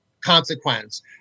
consequence